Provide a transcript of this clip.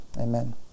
Amen